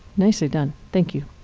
nicely done. thank you.